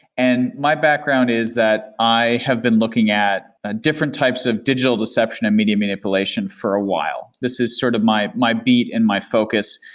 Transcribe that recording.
and my background is that i have been looking at ah different types of digital deception and media manipulation for a while. this is sort of my my beat and my focus.